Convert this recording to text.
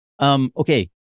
Okay